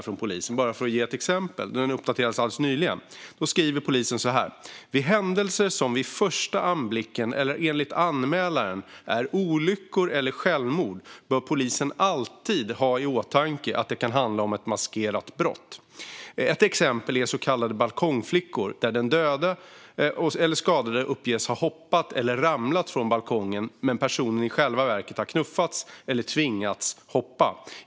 I polisens senast uppdaterade metodstöd, som alltså uppdaterades nyligen, skriver man på följande sätt: Vid händelser som vid första anblicken eller enligt anmälaren är "olyckor" eller självmord bör polisen alltid ha i åtanke att det kan handla om ett maskerat brott. Ett exempel är så kallade balkongflickor där den döda eller skadade uppges ha hoppat eller ramlat från balkongen men personen i själva verket har knuffats eller tvingats hoppa.